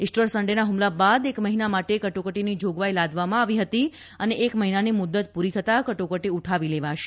Easter સન્ડેના ફમલા બાદ એક મફિના માટે કટોકટીની જાગવાઈ લાદવામાં આવી ફતી અને એક મફિનાની મુદ્દત પૂરી થતાં કટોકટી ઉઠાવી લેવાશે